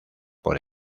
por